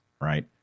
right